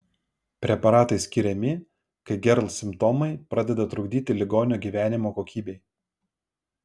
preparatai skiriami kai gerl simptomai pradeda trukdyti ligonio gyvenimo kokybei